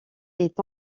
est